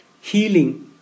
Healing